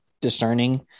discerning